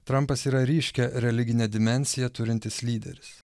trampas yra ryškią religinę dimensiją turintis lyderis